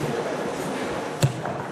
(שותק)